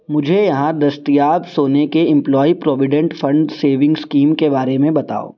مجھے یہاں دستیاب سونے کے employee provident fund savings scheme کے بارے میں بتاؤ